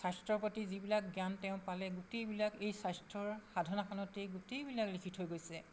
স্বাস্থ্যৰ প্ৰতি যিবিলাক জ্ঞান তেওঁ পালে গোটেইবিলাক এই স্বাস্থ্যৰ সাধনাখনত এই গোটেইবিলাক লিখি থৈ গৈছে